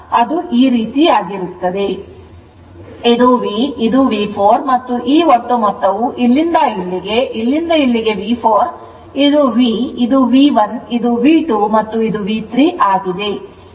ಆದ್ದರಿಂದ ಇದು V ಇದು V4 ಮತ್ತು ಈ ಒಟ್ಟು ಮೊತ್ತವು ಇಲ್ಲಿಂದ ಇಲ್ಲಿಗೆ ಇಲ್ಲಿಂದ ಇಲ್ಲಿಗೆ V4 ಇದು V ಇದು V1 ಇದು V2 ಇದು V3 ಆಗಿದೆ